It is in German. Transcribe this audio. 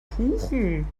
kuchen